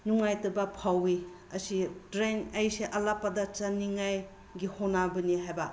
ꯅꯨꯡꯉꯥꯏꯇꯕ ꯐꯥꯎꯋꯤ ꯑꯁꯤ ꯇ꯭ꯔꯦꯟ ꯑꯩꯁꯦ ꯑꯂꯥꯞꯄꯗ ꯆꯠꯅꯤꯡꯉꯥꯏꯒꯤ ꯍꯣꯠꯅꯕꯅꯤ ꯍꯥꯏꯕ